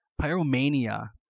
Pyromania